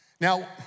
Now